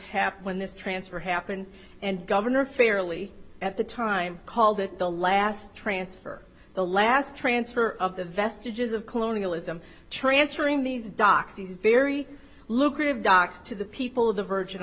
happened when this transfer happened and governor fairly at the time called it the last transfer the last transfer of the vestiges of colonialism transferring these doctors very lucrative doc to the people of the virgin